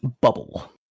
Bubble